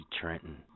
Trenton